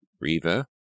Riva